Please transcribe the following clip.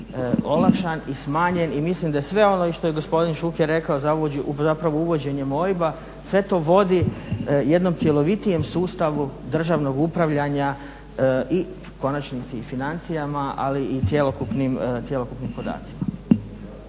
olakšan i smanjen i mislim da sve ono što je i gospodin Šuker rekao za uvođenjem OIB-a sve to vodi jednom cjelovitijem sustavu državnog upravljanja i u konačnici i financijama ali i cjelokupnim podacima.